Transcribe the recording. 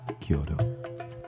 Kyoto